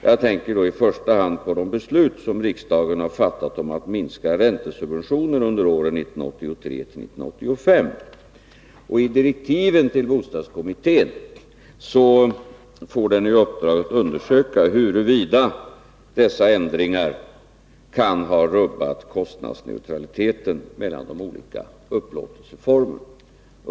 Jag tänker då i första hand på de beslut som riksdagen har fattat om att minska räntesubventionen under åren 1983-1985. Enligt direktiven till bostadskommittén har denna i uppdrag att undersöka huruvida dessa ändringar kan ha rubbat kostnadsneutraliteten mellan de olika upplåtelseformerna.